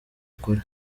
ukuri